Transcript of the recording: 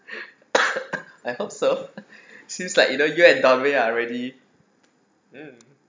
I hope so since like you and dahlia already mm